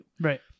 Right